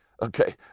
Okay